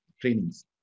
trainings